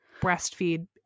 breastfeed